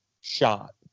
shot